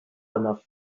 enough